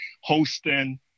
hosting